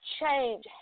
change